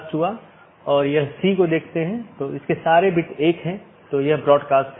1 open message दो सहकर्मी nodes के बीच एक BGP सत्र स्थापित करता है